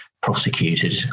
prosecuted